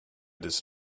this